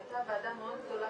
הייתה וועדה מאוד גדולה